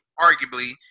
arguably